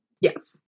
Yes